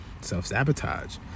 Self-sabotage